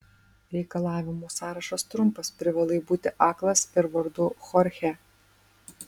reikalavimų sąrašas trumpas privalai būti aklas ir vardu chorchė